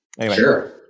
sure